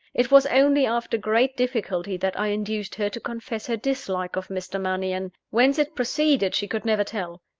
it was only after great difficulty that i induced her to confess her dislike of mr. mannion. whence it proceeded she could never tell.